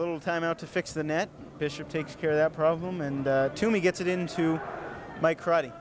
little time out to fix the net fisher takes care of that problem and to me gets it into my karate